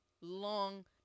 long